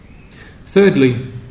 Thirdly